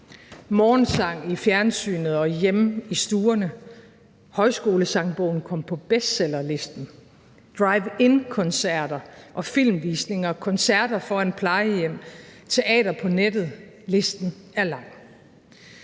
morgensang i fjernsynet og hjemme i stuerne – Højskolesangbogen kom på bestsellerlisten – driveinkoncerter og -filmvisninger, koncerter foran plejehjem, teater på nettet. Listen er lang.